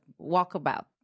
walkabout